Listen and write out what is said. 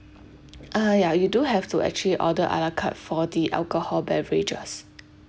uh ya you do have to actually order a la carte for the alcohol beverages